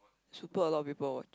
super a lot of people what